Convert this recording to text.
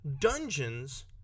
dungeons